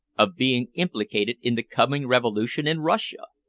of being implicated in the coming revolution in russia?